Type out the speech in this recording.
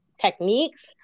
techniques